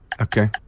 Okay